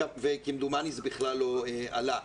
וכמדומני זה בכלל לא עלה.